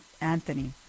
Anthony